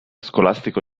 scolastico